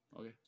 Okay